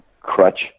crutch